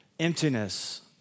emptiness